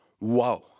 Wow